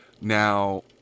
Now